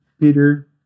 Peter